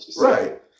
Right